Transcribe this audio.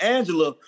Angela